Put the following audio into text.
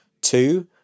Two